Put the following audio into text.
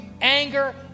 anger